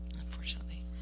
Unfortunately